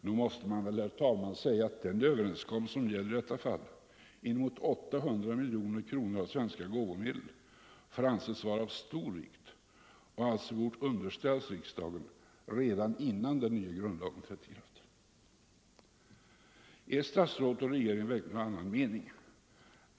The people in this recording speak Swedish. Nog måste man väl säga att den överenskommelse det gäller i detta fall — den avser inemot 800 miljoner kronor av svenska gåvomedel — är av stor vikt och alltså borde ha underställts riksdagen redan nu, innan den nya grundlagen trädde i kraft. Är statsrådet och regeringen verkligen av annan mening?